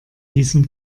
diesem